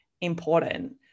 important